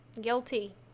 Guilty